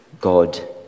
God